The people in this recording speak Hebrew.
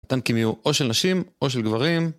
הטנקים יהיו או של נשים או של גברים